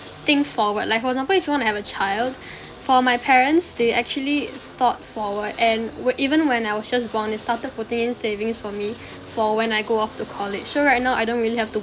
think forward like for example if you want to have a child for my parents they actually thought forward and were even when I was just born they started putting in savings for me for when I go off to college so right now I don't really have to